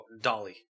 Dolly